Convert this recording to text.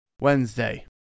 Wednesday